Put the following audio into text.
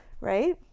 Right